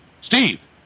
Steve